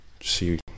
see